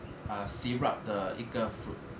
ah syrup 的一个 fruit